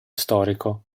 storico